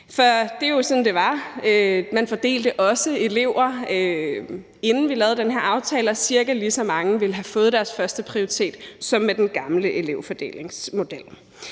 For det var jo sådan, det var. Man fordelte også elever, inden vi lavede den her aftale, og cirka lige så mange ville have fået deres førsteprioritet opfyldt som med den gamle elevfordelingsmodel.